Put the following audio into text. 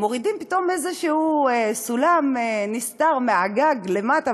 מורידים פתאום איזשהו סולם נסתר מהגג למטה,